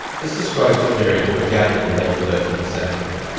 this describes a period that began in the late thirteenth century,